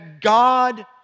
God